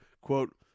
quote